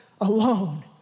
alone